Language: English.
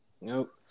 Nope